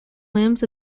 limbs